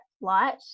light